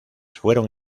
fueron